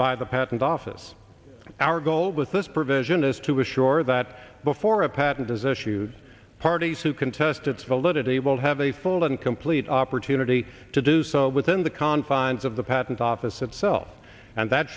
by the patent office our goal with this provision is to assure that before a patent is issued parties who contest its validity will have a full and complete opportunity to do so within the confines of the patent office itself and that